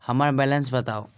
हम्मर बैलेंस बताऊ